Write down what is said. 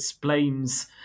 blames